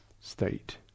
state